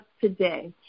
today